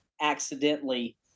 accidentally